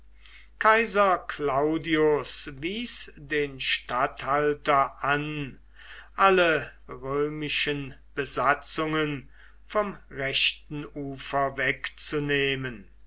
kaiser claudius wies den statthalter an alle römischen besatzungen vom rechten ufer wegzunehmen